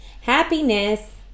Happiness